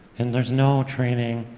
and there's no training,